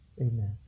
Amen